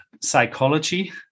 psychology